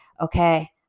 okay